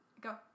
Go